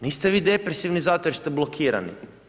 Niste vi depresivni zato što ste blokirani.